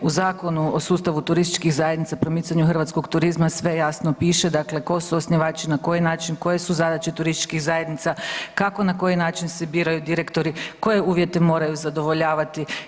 U Zakonu o sustavu turističkih zajednica i promicanju hrvatskog turizma sve jasno piše tko su osnivači, na koji način, koje su zadaće turističkih zajednica, kako na koji način se biraju direktori, koje uvjete moraju zadovoljavati.